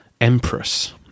empress